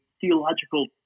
theological –